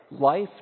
Life